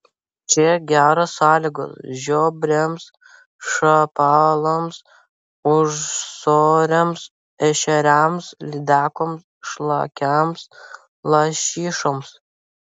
čia geros sąlygos žiobriams šapalams ūsoriams ešeriams lydekoms šlakiams lašišoms